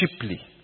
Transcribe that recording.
cheaply